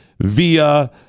via